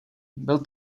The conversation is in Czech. byl